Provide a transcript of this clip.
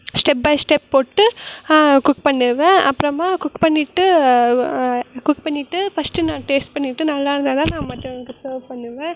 step by step போட்டு cook பண்ணுவேன் அப்புறமா குக் பண்ணிவிட்டு குக் பண்ணிவிட்டு ஃபஸ்ட்டு நான் டேஸ்ட் பண்ணிவிட்டு நல்லா இருந்தால் தான் நான் மற்றவங்களுக்கு சர்வ் பண்ணுவேன்